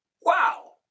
wow